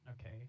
Okay